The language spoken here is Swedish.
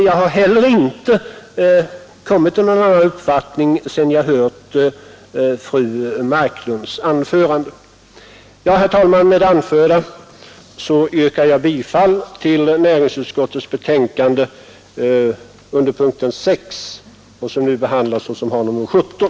Jag har heller inte kommit till någon annan uppfattning efter att ha hört fru Marklunds anförande. Herr talman! Med det anförda yrkar jag bifall till näringsutskottets hemställan under punkten 6 i betänkande nr 17.